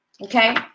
Okay